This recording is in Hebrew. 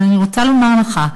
אבל אני רוצה לומר לך,